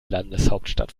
landeshauptstadt